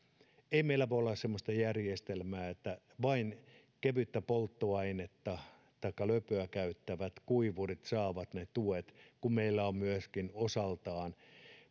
ei meillä voi olla semmoista järjestelmää että vain kevyttä polttoainetta taikka löpöä käyttävät kuivurit saavat ne tuet kun meillä on myöskin osaltaan